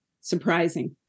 surprising